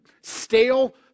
stale